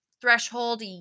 threshold